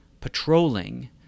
patrolling